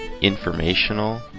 informational